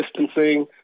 distancing